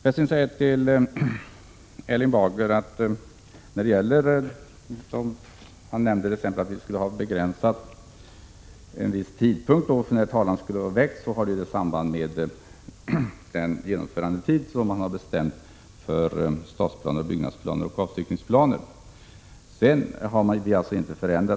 Erling Bager sade bl.a. att vi skulle göra en begränsning till viss tidpunkt när talan skulle vara väckt. Detta har ju samband med den genomförandetid som fastlagts för stadsplaner och byggnadsplaner fastställda 1979 och senare.